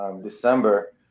December